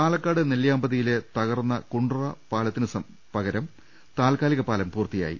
പാലക്കാട് നെല്ലിയാമ്പതിയിലെ തകർന്ന കുണ്ട്ര പാല ത്തിന് പകരം താൽക്കാലിക പാലം പൂർത്തിയായി